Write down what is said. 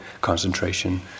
concentration